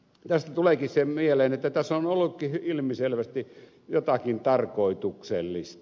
tästä tuleekin se mieleen että tässä on ollutkin ilmiselvästi jotakin tarkoituksellista